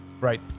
Right